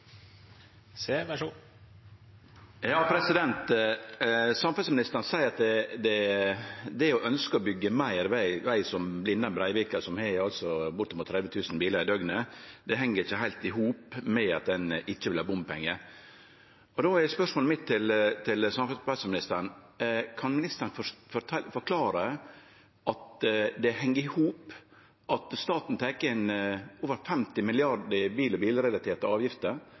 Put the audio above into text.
som har bortimot 30 000 bilar i døgnet, heng ikkje heilt i hop med at ein ikkje vil ha bompengar. Då er spørsmålet mitt til samferdselsministeren: Kan ministeren forklare at det heng i hop at staten tek inn over 50 mrd. kr i bil- og bilrelaterte avgifter